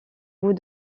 bout